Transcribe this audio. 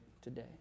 today